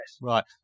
Right